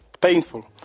painful